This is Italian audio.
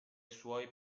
suoi